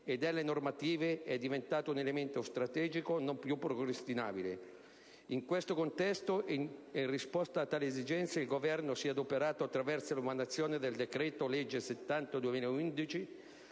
e delle normative è diventato un elemento strategico non più procrastinabile. In questo contesto e in risposta a tale esigenza il Governo si è adoperato attraverso l'emanazione del decreto-legge n. 70